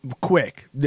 quick